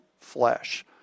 flesh